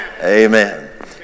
Amen